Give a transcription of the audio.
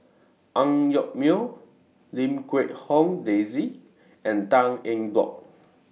Ang Yoke Mooi Lim Quee Hong Daisy and Tan Eng Bock